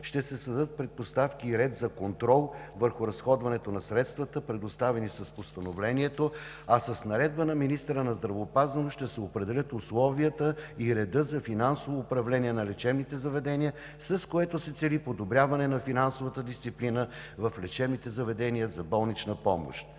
Ще се създадат предпоставки и ред за контрол върху разходването на средствата, предоставени с Постановлението, а с наредба на министъра на здравеопазването ще се определят условията и редът за финансово управление на лечебните заведения, с което се цели подобряване на финансовата дисциплина в лечебните заведения за болнична помощ.